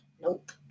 Nope